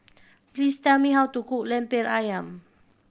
please tell me how to cook Lemper Ayam